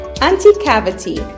anti-cavity